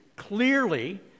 Clearly